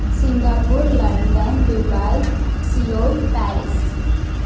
Singapore London Dubai Seoul Paris